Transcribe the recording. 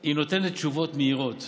היא נותנת תשובות מהירות.